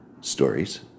stories